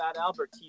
Albert